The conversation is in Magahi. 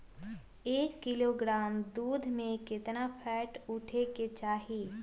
एक किलोग्राम दूध में केतना फैट उठे के चाही?